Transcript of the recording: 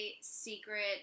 secret